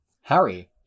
Harry